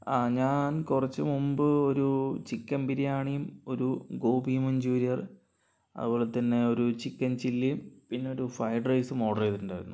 ആ ഞാൻ കുറച്ചു മുമ്പ് ഒരു ചിക്കൻ ബിരിയാണിയും ഒരു ഗോബി മഞ്ജുരിയർ അതുപോലെതന്നെ ഒരു ചിക്കൻ ചില്ലിയും പിന്നെയൊരു ഫ്രൈഡ്റൈസും ഓർഡർ ചെയ്തിട്ടുണ്ടായിരുന്നു